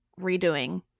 redoing